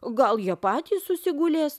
gal jie patys susigulės